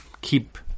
keep